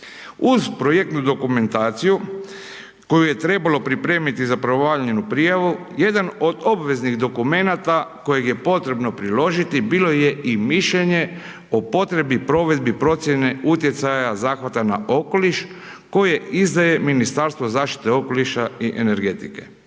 Uz projektnu dokumentaciju, koju je trebalo pripremiti za pravovaljanu prijavu, jedan od obveznih dokumenata kojeg je potrebno priložiti bilo je i mišljenje o potrebi provedbi procjene utjecaja zahvata na okoliš koje izdaje Ministarstvo zaštite okoliša i energetike.